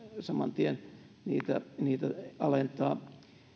saman tien niitä niitä alentaa